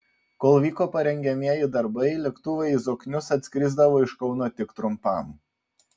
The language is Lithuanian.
kol vyko parengiamieji darbai lėktuvai į zoknius atskrisdavo iš kauno tik trumpam